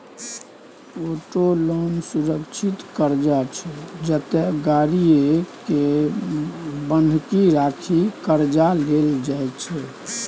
auto loan सुरक्षित करजा छै जतय गाड़ीए केँ बन्हकी राखि करजा लेल जाइ छै